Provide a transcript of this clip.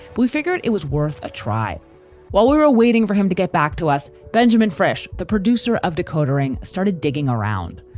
we figured it was worth a try while we were ah waiting for him to get back to us benjamin fresh, the producer of decoder ring, started digging around.